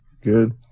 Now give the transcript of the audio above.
Good